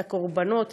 את הקורבנות,